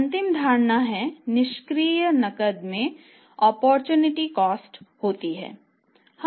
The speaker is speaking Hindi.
अंतिम धारणा है निष्क्रिय नकद में ओप्पोरचुनिटी कॉस्ट होती है